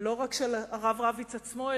לא רק של הרב רביץ עצמו,